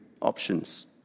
options